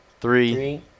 three